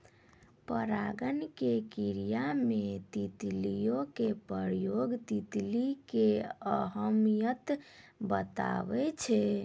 परागण के क्रिया मे तितलियो के प्रयोग तितली के अहमियत बताबै छै